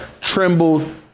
trembled